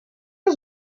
les